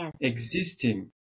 existing